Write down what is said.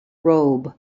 robe